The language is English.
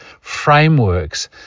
frameworks